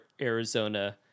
Arizona